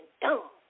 dumb